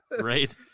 right